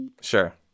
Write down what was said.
Sure